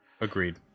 Agreed